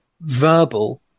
verbal